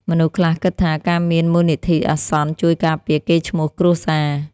មនុស្សខ្លះគិតថា ការមានមូលនិធិអាសន្នជួយការពារកេរ្តិ៍ឈ្មោះគ្រួសារ។